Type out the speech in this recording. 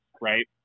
right